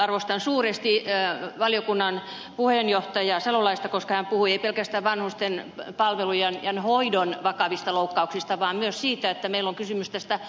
arvostan suuresti valiokunnan puheenjohtajaa salolaista koska hän puhui ei pelkästään vanhusten palvelujen ja hoidon vakavista loukkauksista vaan myös siitä että meillä on kysymys arvostuksesta